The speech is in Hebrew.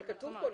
אבל כתוב כאן.